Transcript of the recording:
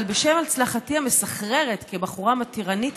אבל בשל הצלחתי המסחררת כבחורה מתירנית